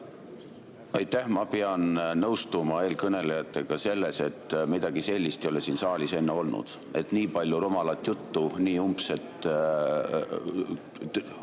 Ma pean nõustuma eelkõnelejatega, et midagi sellist ei ole siin saalis enne olnud. Nii palju rumalat juttu, nii massiivset